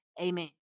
amen